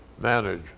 manage